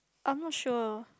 I'm not sure